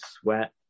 sweat